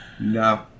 No